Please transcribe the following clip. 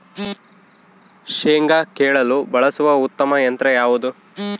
ಶೇಂಗಾ ಕೇಳಲು ಬಳಸುವ ಉತ್ತಮ ಯಂತ್ರ ಯಾವುದು?